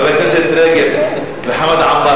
חברי הכנסת רגב וחמד עמאר,